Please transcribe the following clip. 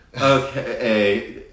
Okay